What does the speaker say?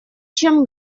чем